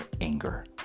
anger